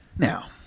Now